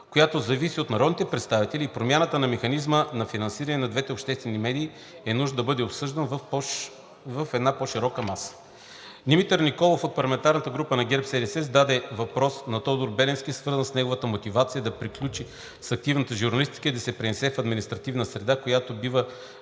която зависи от народните представители, и промяната на механизма за финансиране на двете обществени медии е нужно да бъде обсъдена на по-широка маса. Димитър Николов от парламентарната група на ГЕРБ-СДС зададе въпрос на Тодор Беленски, свързан с неговата мотивация да приключи с активната журналистика и да се пренесе в административната среда, която бива